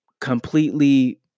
completely